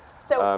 so, um